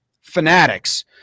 fanatics